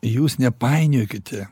jūs nepainiokite